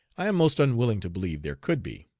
i am most unwilling to believe there could be.